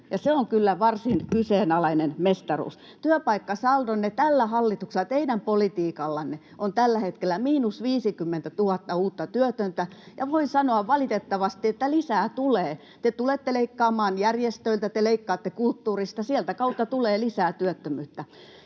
se on kyllä varsin kyseenalainen mestaruus. Työpaikkasaldonne tällä hallituksella, teidän politiikallanne, on tällä hetkellä miinus 50 000 uutta työtöntä, ja voin sanoa valitettavasti, että lisää tulee. [Juho Eerolan välihuuto] Te tulette leikkaamaan järjestöiltä, te leikkaatte kulttuurista, sitä kautta tulee lisää työttömyyttä.